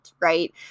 right